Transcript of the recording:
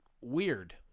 weird